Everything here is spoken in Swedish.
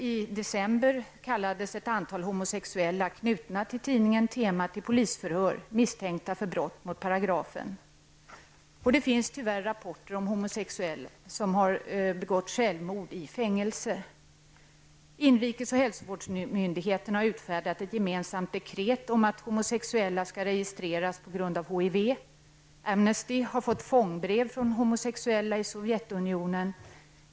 I december kallades ett antal homosexuella knutna till tidningen Tema till polisförhör misstänkta för brott mot paragrafen. Det finns tyvärr rapporter om homosexuella som begått självmord i fängelse. Inrikes och hälsovårdsmyndigheterna har utfärdat ett gemensamt dekret om att homosexuella skall registreras på grund av HIV. Amnesty har fått fångbrev från homosexuella i Sovjetunionen.